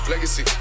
Legacy